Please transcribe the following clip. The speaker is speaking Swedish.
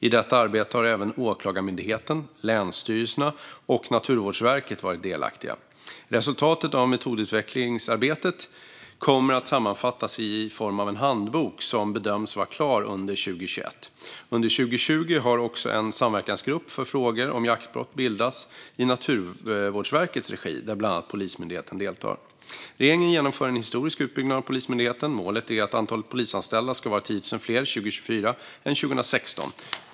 I detta arbete har även Åklagarmyndigheten, länsstyrelserna och Naturvårdsverket varit delaktiga. Resultatet av metodutvecklingsarbetet kommer att sammanfattas i form av en handbok som bedöms vara klar under 2021. Under 2020 har också en samverkansgrupp för frågor om jaktbrott bildats i Naturvårdsverkets regi, där bland annat Polismyndigheten deltar. Regeringen genomför en historisk utbyggnad av Polismyndigheten. Målet är att det ska vara 10 000 fler polisanställda 2024 än 2016.